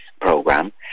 program